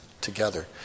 together